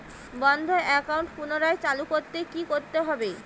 বন্ধ একাউন্ট পুনরায় চালু করতে কি করতে হবে?